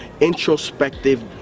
introspective